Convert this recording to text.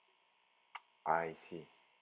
I see